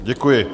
Děkuji.